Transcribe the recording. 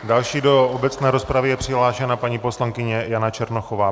Další do obecné rozpravy je přihlášena paní poslankyně Jana Černochová.